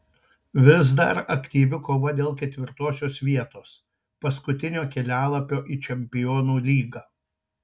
vis dar aktyvi kova dėl ketvirtosios vietos paskutinio kelialapio į čempionų lygą